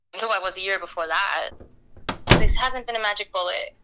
and who i was the year before that this hasn't been a magic bullet.